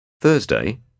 Thursday